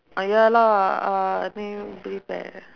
ah ya lah uh